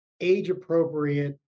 age-appropriate